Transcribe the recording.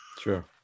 Sure